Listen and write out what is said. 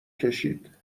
کشید